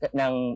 ng